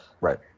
Right